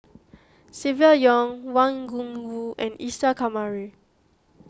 Silvia Yong Wang Gungwu and Isa Kamari